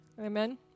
Amen